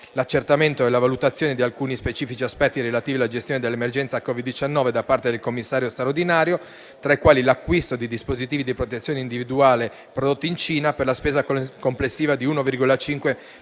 l'accertamento e la valutazione di alcuni specifici aspetti relativi alla gestione dell'emergenza Covid-19 da parte del commissario straordinario, tra i quali l'acquisto di dispositivi di protezione individuale prodotti in Cina per la spesa complessiva di 1,25